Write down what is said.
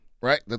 right